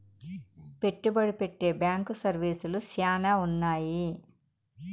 పెట్టుబడి పెట్టే బ్యాంకు సర్వీసులు శ్యానా ఉన్నాయి